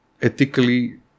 ethically